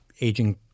aging